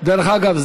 דרך אגב,